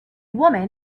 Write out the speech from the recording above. woman